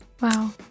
Wow